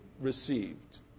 received